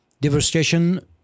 Diversification